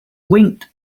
winked